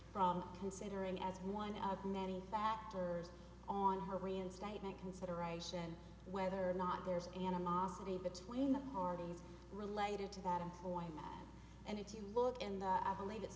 from considering as one of many factors on her reinstatement consideration whether or not there's animosity between the parties related to that employer and if you look and i believe that